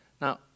Now